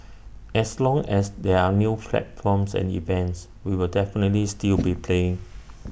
as long as there are new platforms and events we will definitely still be playing